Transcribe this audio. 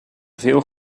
veel